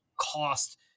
cost